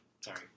Sorry